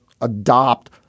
adopt